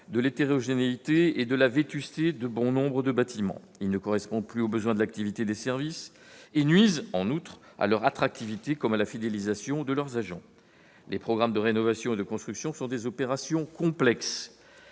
de l'hétérogénéité et de la vétusté de nombre de bâtiments. Ils ne correspondent plus aux besoins et à l'activité de ces services et nuisent, en outre, à leur attractivité comme à la fidélisation de leurs agents. Les programmes de rénovation et de construction sont des opérations complexes